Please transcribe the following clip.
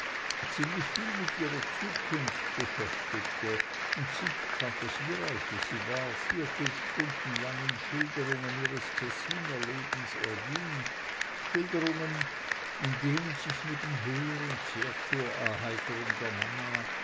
ziemlich viel mit ihrer zukunft beschäftigte und sich phantasiereich wie sie war viertelstundenlang in schilderungen ihres kessiner lebens erging schilderungen in denen sich nebenher und sehr zur erheiterung der mama